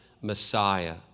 Messiah